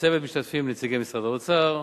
בצוות משתתפים נציגי משרדי האוצר,